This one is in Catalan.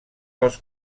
pels